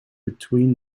between